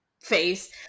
face